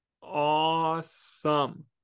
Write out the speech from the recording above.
awesome